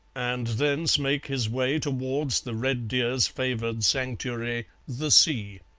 and thence make his way towards the red deer's favoured sanctuary, the sea.